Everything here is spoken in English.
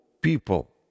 people